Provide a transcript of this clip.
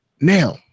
Now